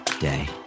day